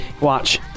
Watch